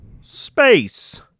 Space